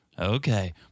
Okay